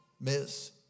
miss